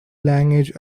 language